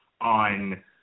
on